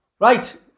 Right